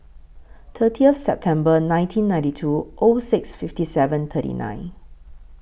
thirtieth September nineteen ninety two O six fifty seven thirty nine